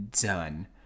Done